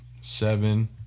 seven